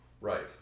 Right